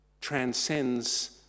transcends